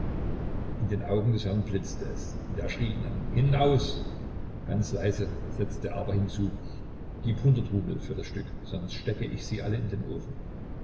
in den augen des herrn blitzte es und er schrie ihn laut an hinaus ganz leise setzte er aber hinzu gib hundert rubel für das stück sonst stecke ich sie alle in den ofen